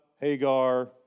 Hagar